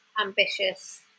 ambitious